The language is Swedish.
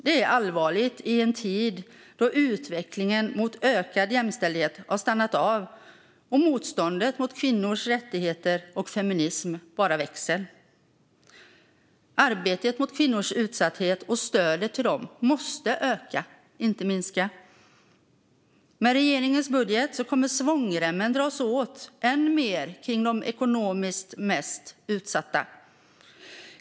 Det är allvarligt i en tid då utvecklingen mot ökad jämställdhet har stannat av, och motståndet mot kvinnors rättigheter och feminism bara växer. Arbetet mot kvinnors utsatthet och stödet till dem måste öka, inte minska. Men med regeringens budget kommer svångremmen att dras åt ännu mer för de ekonomiskt mest utsatta.